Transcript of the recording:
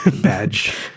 badge